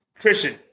Christian